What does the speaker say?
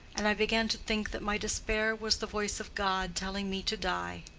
and i began to think that my despair was the voice of god telling me to die.